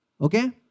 Okay